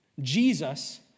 Jesus